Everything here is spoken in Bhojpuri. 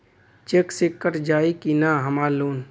चेक से कट जाई की ना हमार लोन?